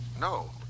No